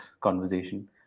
conversation